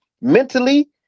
mentally